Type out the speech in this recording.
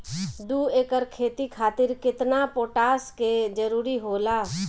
दु एकड़ खेती खातिर केतना पोटाश के जरूरी होला?